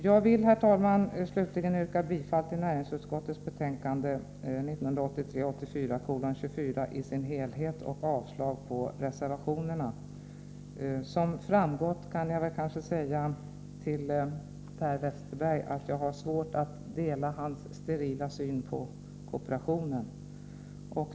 Slutligen, herr talman, vill jag yrka bifall till näringsutskottets hemställan i dess helhet i betänkande 24 och avslag på reservationerna. Som kanske har framgått har jag svårt att dela Per Westerbergs sterila syn på kooperation.